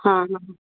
ହଁ ହଁ